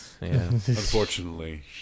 Unfortunately